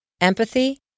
empathy